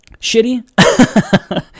shitty